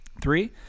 Three